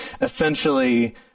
essentially